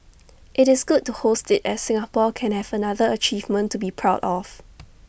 IT is good to host IT as Singapore can have another achievement to be proud of